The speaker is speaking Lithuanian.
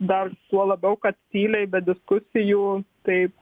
dar tuo labiau kad tyliai be diskusijų tai